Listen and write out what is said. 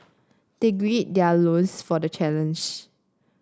they gird their loins for the challenge